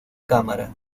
cámara